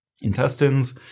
intestines